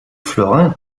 florins